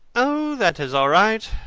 oh, that is all right.